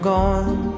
gone